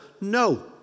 No